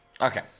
Okay